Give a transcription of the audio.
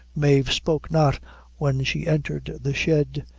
mave spoke not when she entered the shed,